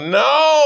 no